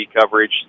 coverage